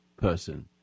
person